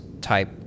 type